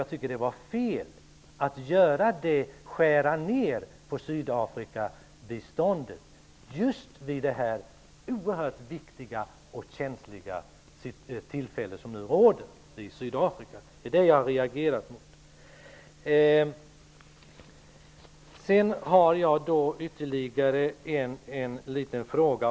Jag tycker att det var fel att skära ned på Sydafrikabiståndet just i det oerhört viktiga och känsliga läge som nu råder i Sydafrika. Det är det jag reagerar emot. Jag har ytterligare en liten fråga.